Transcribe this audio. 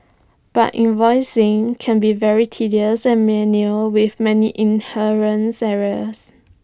but invoicing can be very tedious and manual with many inherent errors